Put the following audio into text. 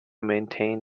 maintain